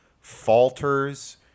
falters